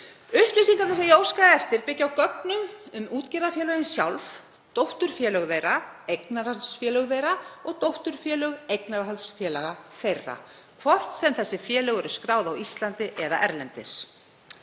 Upplýsingarnar sem ég óskaði eftir byggjast á gögnum um útgerðarfélögin sjálf, dótturfélög þeirra, eignarhaldsfélög þeirra og dótturfélög eignarhaldsfélaga þeirra, hvort sem félögin eru skráð á Íslandi eða erlendis.